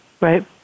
right